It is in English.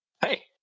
hey